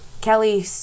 Kelly